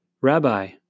Rabbi